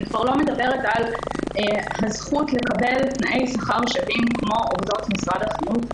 אני כבר לא מדברת על הזכות לקבל תנאי שכר שווים כמו עובדות משרד החינוך.